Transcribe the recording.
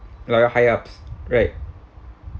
like a high ups right